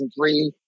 2003